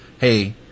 hey